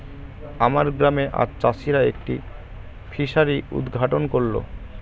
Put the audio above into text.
আমার গ্রামে আজ চাষিরা একটি ফিসারি উদ্ঘাটন করল